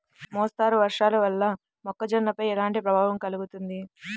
మోస్తరు వర్షాలు వల్ల మొక్కజొన్నపై ఎలాంటి ప్రభావం కలుగుతుంది?